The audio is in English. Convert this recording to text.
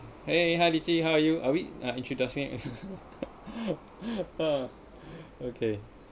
!hey! hi Li Ji how are you are we uh introduct~ ha okay